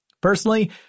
Personally